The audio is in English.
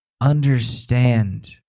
understand